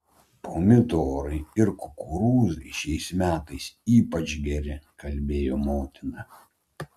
pomidorai ir kukurūzai šiais metais ypač geri kalbėjo motina